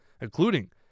including